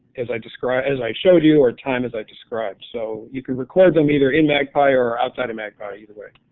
as i described i showed you or time as i described. so you can record them either in magpie or outside of magpie, either way.